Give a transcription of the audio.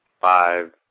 five